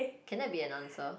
can that be an answer